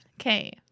Okay